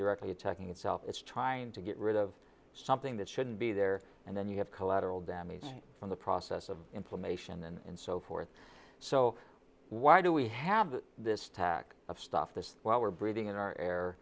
directly attacking itself it's trying to get rid of something that shouldn't be there and then you have collateral damage from the process of inflammation and so forth so why do we have this tack of stuff this while we're breathing in our air